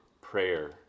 prayer